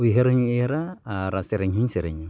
ᱩᱭᱦᱟᱹᱨ ᱦᱚᱧ ᱩᱭᱦᱟᱹᱨᱟ ᱟᱨ ᱥᱮᱨᱮᱧ ᱦᱚᱧ ᱥᱮᱨᱮᱧᱟ